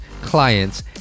clients